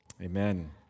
Amen